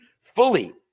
fully